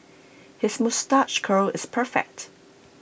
his moustache curl is perfect